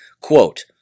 Quote